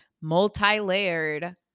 multi-layered